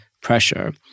pressure